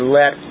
let